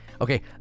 Okay